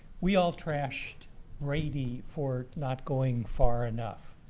we all trashed brady for not going far enough.